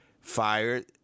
fired